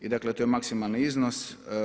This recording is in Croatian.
I dakle to je maksimalni iznos.